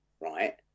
right